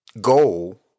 goal